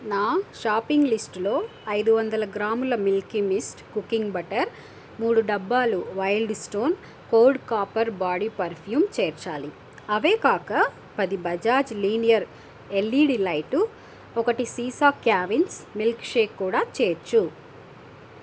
నా shopping list లో ఐదు వందల గ్రాముల మిల్కీ మిస్ట్ కుకింగ్ బటర్ మూడు డబ్బాలు wild stone code copper body perfume చేర్చాలి అవే కాక పది బజాజ్ లీనియర్ ఎల్ఈడీ లైటు ఒకటి సీసా క్యావిన్స్ మిల్క్ షేక్ కూడా చేర్చు